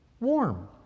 warm